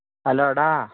hello എടാ